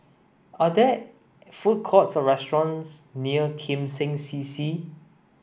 are there food courts or restaurants near Kim Seng C C